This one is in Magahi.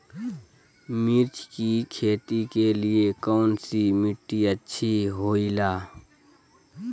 मिर्च की खेती के लिए कौन सी मिट्टी अच्छी होईला?